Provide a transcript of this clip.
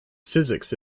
physics